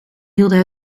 hielden